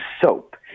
soap